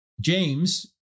James